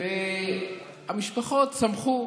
והמשפחות שמחו